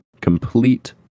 complete